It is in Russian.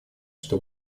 что